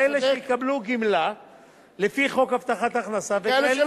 כאלה שיקבלו גמלה לפי חוק הבטחת הכנסה וכאלה,